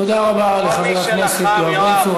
תודה רבה לחבר הכנסת יואב בן צור.